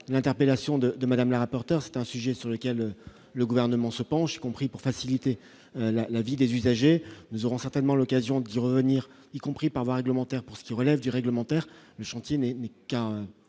l'interpellation de de madame la rapporteur c'est un sujet sur lequel le gouvernement se penche compris pour faciliter la vie des usagers, nous aurons certainement l'occasion d'y revenir, y compris par voie réglementaire pour ce qui relève du réglementaire, le chantier mais qu'à